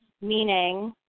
meaning